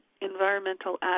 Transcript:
environmental